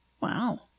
Wow